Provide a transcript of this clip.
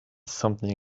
something